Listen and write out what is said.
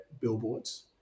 billboards